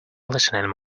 listening